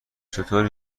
چطور